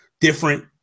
different